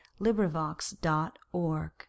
LibriVox.org